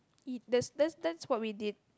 it that's that's what we did